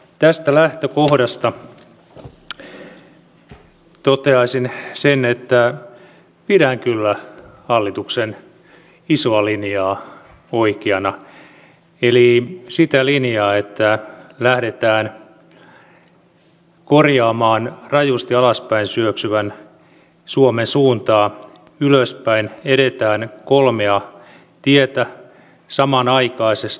tästä lähtökohdasta toteaisin sen että pidän kyllä hallituksen isoa linjaa oikeana eli sitä linjaa että lähdetään korjaamaan rajusti alaspäin syöksyvän suomen suuntaa ylöspäin edetään kolmea tietä samanaikaisesti